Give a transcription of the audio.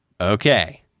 Okay